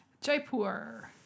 Jaipur